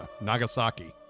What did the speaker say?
Nagasaki